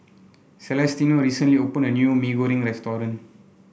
Celestino recently opened a new Mee Goreng restaurant